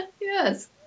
Yes